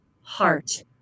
heart